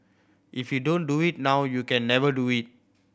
if you don't do it now you can never do it